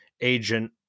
agent